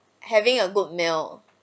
having a good meal